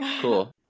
Cool